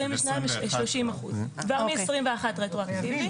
כבר מ-2021, רטרואקטיבית.